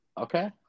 Okay